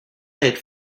had